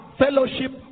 fellowship